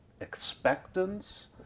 expectance